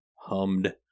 hummed